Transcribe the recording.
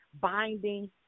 binding